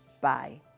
Bye